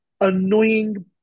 annoying